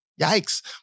yikes